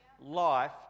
life